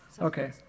okay